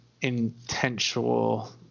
intentional